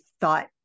thought